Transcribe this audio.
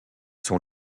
sont